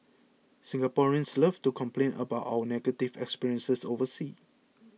Singaporeans love to complain about our negative experiences overseas